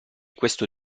questo